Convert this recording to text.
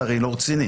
זה הרי לא רציני.